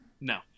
No